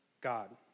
God